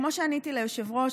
כמו שעניתי ליושב-ראש,